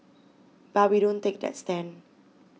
but we don't take that stand